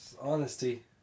Honesty